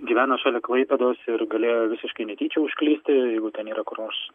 gyvena šalia klaipėdos ir galėjo visiškai netyčia užklysti jeigu ten yra kur nors